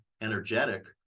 energetic